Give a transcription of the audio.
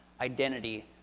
identity